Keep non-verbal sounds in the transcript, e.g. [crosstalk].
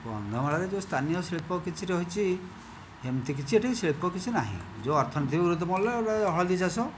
କନ୍ଧମାଳରେ ଯେଉଁ ସ୍ଥାନୀୟ ଶିଳ୍ପ କିଛି ରହିଛି ସେମିତି କିଛି ଏଠି ଶିଳ୍ପ କିଛି ନାହିଁ ଯେଉଁ ଅର୍ଥନୀତି [unintelligible] ଗୋଟିଏ ହଳଦୀ ଚାଷ